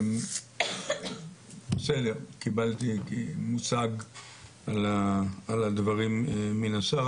בסדר, קיבלתי מושג על הדברים מן השר.